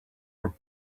were